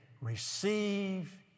receive